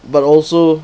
but also